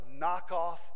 knockoff